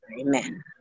amen